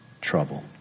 trouble